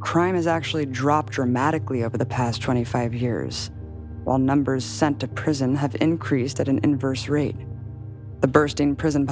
crime has actually dropped dramatically over the past twenty five years while numbers sent to prison have increased that and verse three the bursting prison